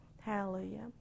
Hallelujah